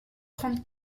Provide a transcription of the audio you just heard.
trente